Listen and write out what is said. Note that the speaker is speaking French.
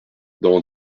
dans